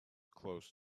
close